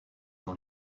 dans